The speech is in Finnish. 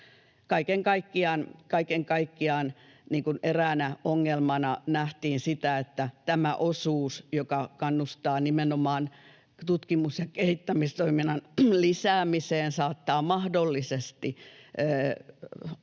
Kaiken kaikkiaan eräänä ongelmana nähtiin se, että tämä osuus, joka kannustaa nimenomaan tutkimus- ja kehittämistoiminnan lisäämiseen, saattaa mahdollisesti antaa